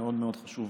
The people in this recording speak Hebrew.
מאוד מאוד חשוב